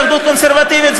היהדות הקונסרבטיבית,